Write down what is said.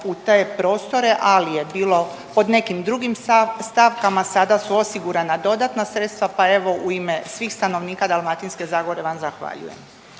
u te prostore, ali je bilo pod nekim drugim stavkama. Sada su osigurana dodatna sredstva, pa evo u ime svih stanovnika Dalmatinske zagore vam zahvaljujem.